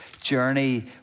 journey